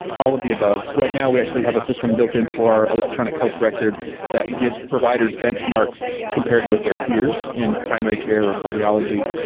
all of the above. right now we actually have a system built into our electronic health record that gives providers benchmarks compared with their peers in primary care or cardiology,